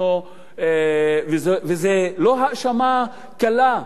וזה לא האשמה קלה,